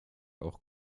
auch